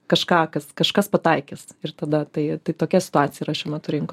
kažką kas kažkas pataikys ir tada tai tai tokia situacija yra šiuo metu rinkoj